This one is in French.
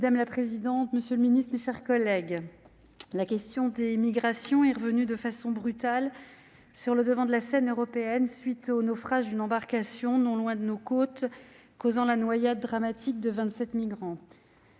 Madame la présidente, monsieur le secrétaire d'État, mes chers collègues, la question des migrations est revenue de façon brutale sur le devant la scène européenne en raison du naufrage d'une embarcation, non loin de nos côtes, qui a causé la noyade dramatique de 27 migrants.